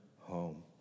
home